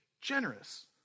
generous